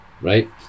right